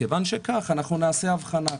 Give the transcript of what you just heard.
נעשה הבחנה.